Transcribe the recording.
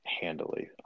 handily